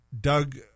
Doug